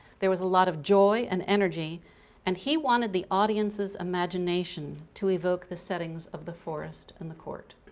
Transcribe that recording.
there was a lot of joy and energy and he wanted the audience's imagination to evoke the settings of the forest and the court.